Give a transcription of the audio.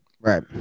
Right